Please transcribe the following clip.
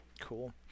Cool